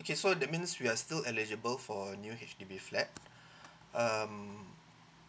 okay so that means we are still eligible for a new H_D_B flat um